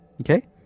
Okay